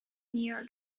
near